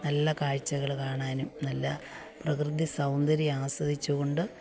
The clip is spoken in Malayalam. നല്ല കാഴ്ച്ചകള് കാണാനും നല്ല പ്രകൃതി സൗന്ദര്യം ആസ്വധിച്ചുകൊണ്ട്